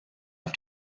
auf